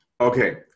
Okay